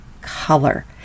color